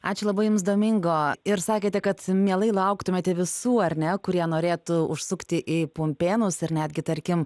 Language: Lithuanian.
ačiū labai jums domingo ir sakėte kad mielai lauktumėte visų ar ne kurie norėtų užsukti į pumpėnus ir netgi tarkim